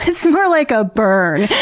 it's more like a burn.